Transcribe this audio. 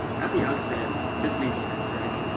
at the outset, this made sense right?